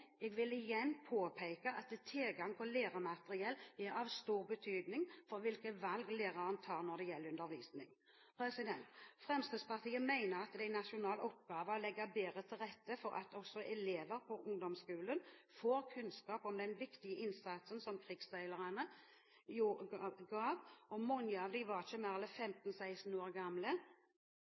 jeg vil igjen påpeke at tilgang på læremateriell er av stor betydning for hvilke valg læreren tar når det gjelder undervisning. Fremskrittspartiet mener at det er en nasjonal oppgave å legge bedre til rette for at også elever på ungdomsskolen får kunnskap om den viktige innsatsen som krigsseilerne sto for – mange av dem var ikke mer enn 15–16 år gamle.